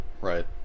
Right